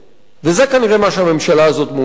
וזה כנראה מה שהממשלה הזאת מעוניינת להשיג.